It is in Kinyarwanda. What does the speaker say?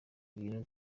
ibintu